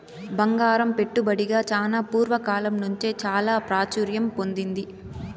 బంగారం పెట్టుబడిగా చానా పూర్వ కాలం నుంచే చాలా ప్రాచుర్యం పొందింది